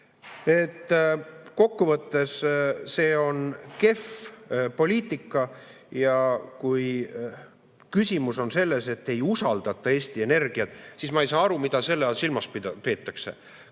võttes see on kehv poliitika. Kui küsimus on selles, et ei usaldata Eesti Energiat, siis ma ei saa aru, mida selle all silmas peetakse.